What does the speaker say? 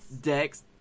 Dex